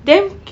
then